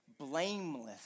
blameless